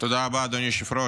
תודה רבה, אדוני היושב-ראש.